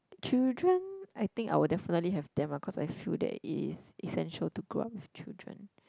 children I think I will definitely have them lah cause I feel that it is essential to grow up with children